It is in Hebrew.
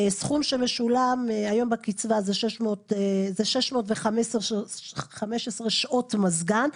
סכום שמשולם היום בקצבה זה 615 שעות מזגן.